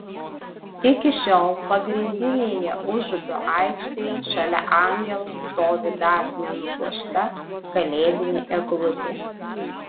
iki šiol pagrindinėje užupio aikštėje šalia angelo stovi dar nenupuošta kalėdinė eglutė